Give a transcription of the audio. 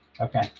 okay